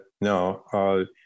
No